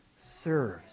serves